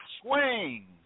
Swing